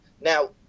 Now